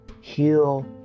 heal